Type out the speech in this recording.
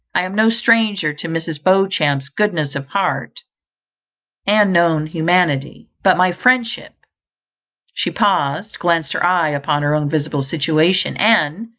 i am no stranger to mrs. beauchamp's goodness of heart and known humanity but my friendship she paused, glanced her eye upon her own visible situation, and,